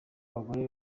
abagore